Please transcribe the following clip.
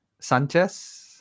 Sanchez